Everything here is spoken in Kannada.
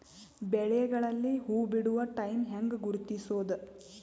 ಬೆಳೆಗಳಲ್ಲಿ ಹೂಬಿಡುವ ಟೈಮ್ ಹೆಂಗ ಗುರುತಿಸೋದ?